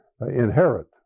inherit